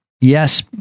yes